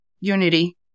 Unity